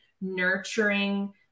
nurturing